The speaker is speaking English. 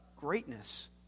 greatness